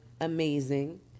Amazing